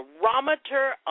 barometer